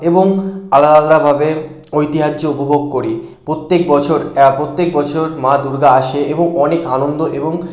এবং আলাদা আলাদা ভাবে ঐতিহ্য উপভোগ করি প্রত্যেক বছর প্রত্যেক বছর মা দুর্গা আসে এবং অনেক আনন্দ এবং